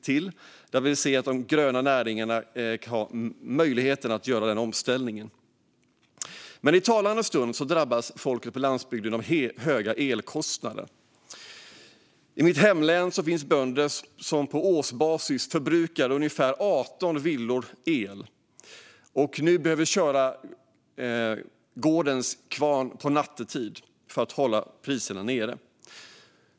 Vi vill att de gröna näringarna ska ha möjlighet att göra den omställningen. I talande stund drabbas dock folket på landsbygden av höga elkostnader. I mitt hemlän finns det bönder som på årsbasis förbrukar el som motsvarar elförbrukningen för ungefär 18 villor. De behöver nu köra gårdens kvarn nattetid, för att hålla kostnaderna nere.